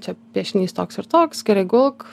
čia piešinys toks ir toks gerai gulk